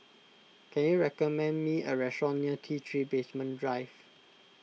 can you recommend me a restaurant near T three Basement Drive